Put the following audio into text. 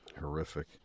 Horrific